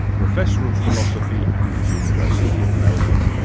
professor of philosophy at the university of melbourne.